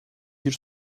bir